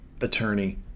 attorney